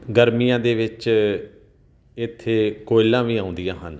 ਗਰਮੀਆਂ ਦੇ ਵਿੱਚ ਇੱਥੇ ਕੋਇਲਾਂ ਵੀ ਆਉਂਦੀਆਂ ਹਨ